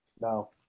No